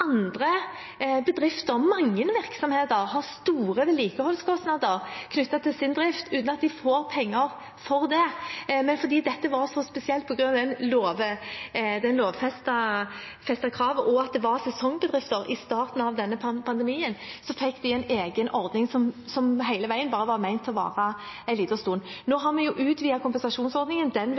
andre bedrifter – mange virksomheter – har store vedlikeholdskostnader knyttet til sin drift uten at de får penger for det. Men fordi dette var så spesielt på grunn av det lovfestede kravet, og fordi det var sesongbedrifter i starten av denne pandemien, fikk de en egen ordning, som hele tiden var ment å skulle vare bare en liten stund. Nå har vi utvidet kompensasjonsordningen. Den vil være aktuell for både tivoliene og alpinsentrene. Men i tillegg prøver vi